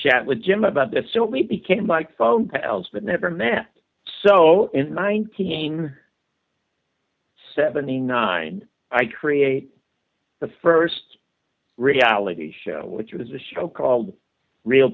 chat with him about that so we became like phone elves but never met so in nineteen seventy nine i create the first reality show which was a show called real